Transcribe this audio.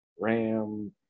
ram